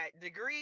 degree